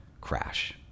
crash